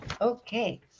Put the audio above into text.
Okay